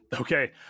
Okay